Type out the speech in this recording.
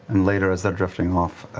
and later, as they're drifting off,